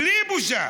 בלי בושה.